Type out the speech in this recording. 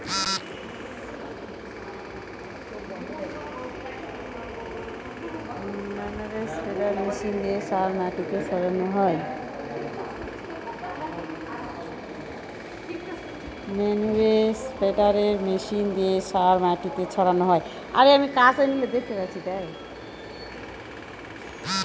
ম্যানুরে spreader machine দিয়ে সার মাটিতে ছড়ানো হয়